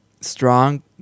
strong